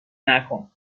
نکن